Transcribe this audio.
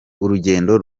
urugendo